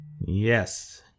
Yes